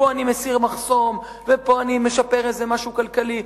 שפה אני מסיר מחסום ופה אני משפר איזה משהו כלכלי,